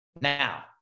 Now